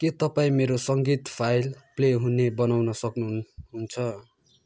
के तपाईँ मेरो सङ्गीत फाइल प्ले हुने बनाउन सक्नुहुन्छ